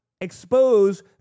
expose